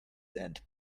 and